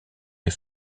les